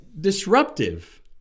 disruptive